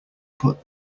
put